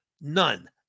none